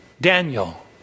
Daniel